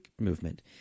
movement